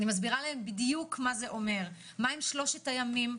אני מסבירה להם בדיוק מה זה אומר: מהם שלושת הימים,